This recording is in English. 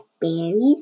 berries